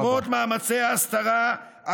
למרות מאמצי ההסתרה,